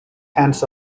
hands